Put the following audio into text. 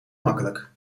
makkelijk